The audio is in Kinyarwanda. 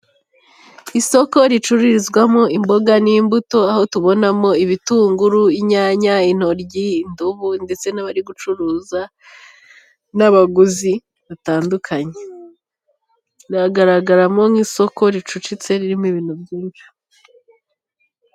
Isoko ricururizwamo imboga n'imbuto, aho tubonamo, ibitunguru, inyanya intoryi, indobo ndetse n'abari gucuruza, n'abaguzi batandukanye. Biragaragaramo nk'isoko ricucitse ririmo ibintu byinshi.